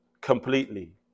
completely